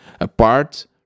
apart